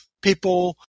people